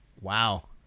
Wow